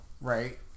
right